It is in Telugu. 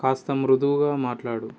కాస్త మృదువుగా మాట్లాడు